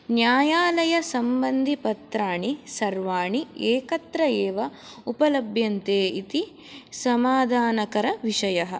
न्यायालयसम्बन्धिपत्राणि सर्वाणि एकत्र एव उपलभ्यन्ते इति समाधान कर विषयः